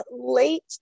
late